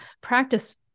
practice